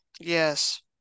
yes